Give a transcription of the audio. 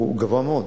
הוא גבוה מאוד.